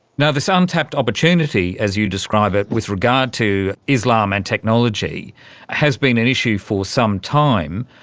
and this untapped opportunity, as you describe it, with regard to islam and technology has been an issue for some time.